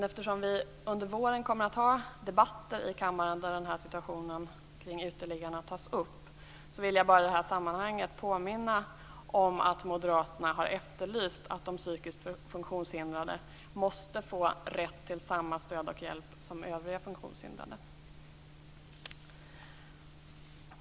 Eftersom vi under våren kommer att ha debatter i kammaren där den här frågan tas upp vill jag bara i det här sammanhanget påminna om att moderaterna har efterlyst att de psykiskt funktionshindrade måste få rätt till samma stöd och hjälp som övriga funktionshindrade.